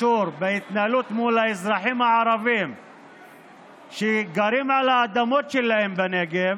הקשור בהתנהלות מול האזרחים הערבים שגרים על האדמות שלהם בנגב,